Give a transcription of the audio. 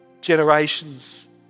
Generations